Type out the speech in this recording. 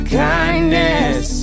kindness